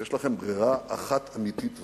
יש לכם ברירה אחת אמיתית ואחראית,